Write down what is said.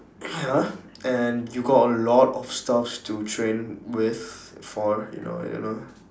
ya and you got a lot of stuff to train with for you know you know